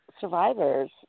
survivors